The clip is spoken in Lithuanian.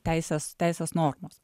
teisės teisės normos